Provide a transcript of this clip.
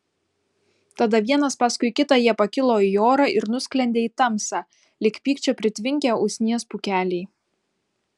tada vienas paskui kitą jie pakilo į orą ir nusklendė į tamsą lyg pykčio pritvinkę usnies pūkeliai